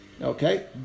Okay